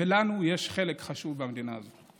ולנו יש חלק חשוב במדינה הזאת.